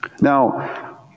Now